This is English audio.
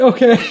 Okay